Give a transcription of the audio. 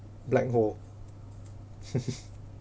black hole